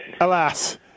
alas